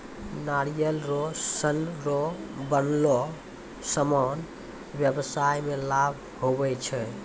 नारियल रो सन रो बनलो समान व्याबसाय मे लाभ हुवै छै